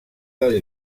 del